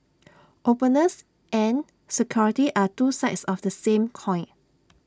openness and security are two sides of the same coin